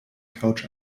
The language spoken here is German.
couch